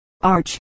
Arch